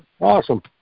Awesome